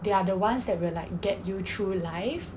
they are the ones that will like get you through life